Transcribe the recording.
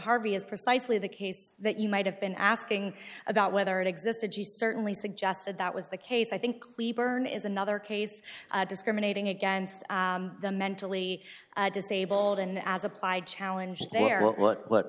harvey is precisely the case that you might have been asking about whether it existed you certainly suggested that was the case i think cleburne is another case of discriminating against the mentally disabled and as applied challenge there look what what